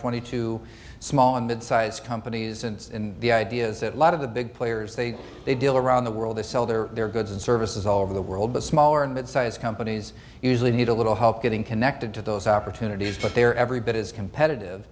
twenty two small and mid size companies and the idea is that lot of the big players they they deal around the world they sell their goods and services all over the world but smaller and mid size companies usually need a little help getting connected to those opportunities but they are every bit as competitive